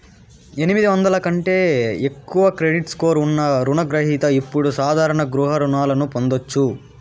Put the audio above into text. ఎనిమిది వందల కంటే ఎక్కువ క్రెడిట్ స్కోర్ ఉన్న రుణ గ్రహిత ఇప్పుడు సాధారణ గృహ రుణాలను పొందొచ్చు